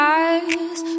eyes